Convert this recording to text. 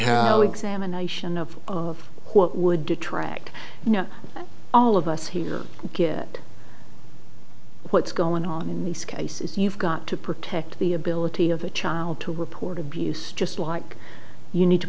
have examination of what would detract you know all of us here get what's going on in this case is you've got to protect the ability of a child to report abuse just like you need to